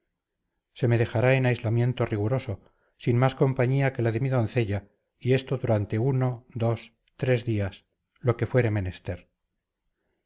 se me dejará en aislamiento riguroso sin más compañía que la de mi doncella y esto durará uno dos tres días lo que fuere menester